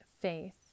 faith